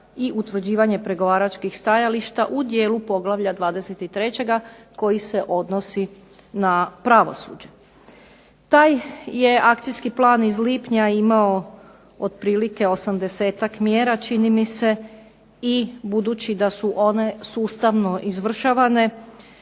i utvrđivanje pregovaračkih stajališta u dijelu poglavlja 23. koji se odnosi na pravosuđe. Taj je akcijski plan iz lipnja imao otprilike 80-ak mjera čini mi se, i budući da su one sustavno izvršavane